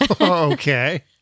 Okay